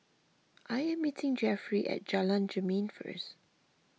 I am meeting Jeffrey at Jalan Jermin first